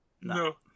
No